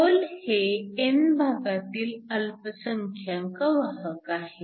hole हे n भागातील अल्पसंख्यांक वाहक आहेत